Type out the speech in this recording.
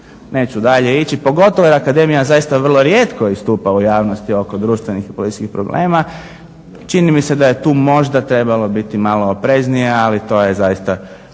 Neću dalje ići, pogotovo jer akademija zaista vrlo rijetko istupa u javnosti oko društvenih i političkih problema. Čini mi se da je tu možda trebala biti malo opreznija, ali to je zaista